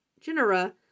genera